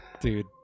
Dude